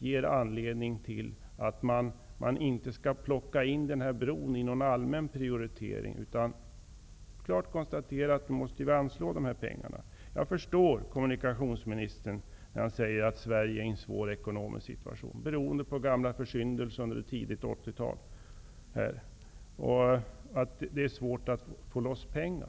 borde vara anledning till att man inte plockar in den nya bron i någon allmän prioritering, utan klart konstaterar att man nu måste anslå dessa pengar. Jag förstår kommunikationsministern när han säger att Sverige är i en svår ekonomisk situation. Det beror på gamla försyndelser under ett tidigt 1980 tal, och det är svårt att få loss pengar.